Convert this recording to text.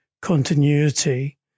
continuity